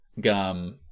gum